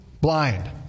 blind